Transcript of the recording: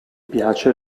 piace